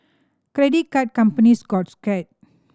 credit card companies got scared